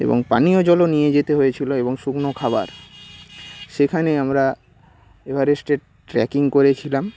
এবং পানীয় জলও নিয়ে যেতে হয়েছিল এবং শুকনো খাবার সেখানে আমরা এভারেস্টে ট্রেকিং করেছিলাম